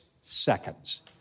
seconds